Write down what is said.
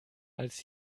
als